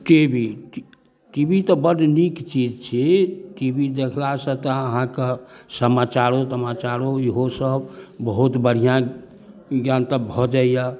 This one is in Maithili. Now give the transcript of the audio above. टी वी टी वी तऽ बड़ नीक चीज छी टी वी देखलासँ तऽ अहाँके समाचारो तमाचारो इहो सब बहुत बढ़िआँ ज्ञान तऽ भऽ जाइए